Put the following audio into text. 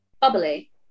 Bubbly